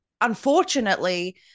unfortunately